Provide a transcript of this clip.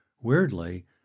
weirdly